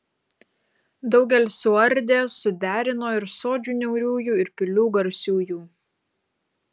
daugel suardė suderino ir sodžių niauriųjų ir pilių garsiųjų